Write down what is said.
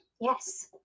yes